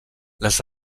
les